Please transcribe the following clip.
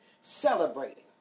celebrating